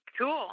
Cool